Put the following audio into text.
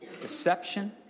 Deception